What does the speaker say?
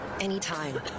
anytime